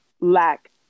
lack